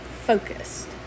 focused